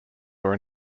were